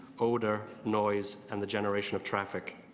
odor, noise, and the generation of traffic.